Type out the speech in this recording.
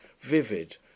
vivid